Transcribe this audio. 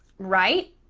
right?